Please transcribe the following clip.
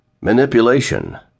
Manipulation